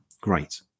great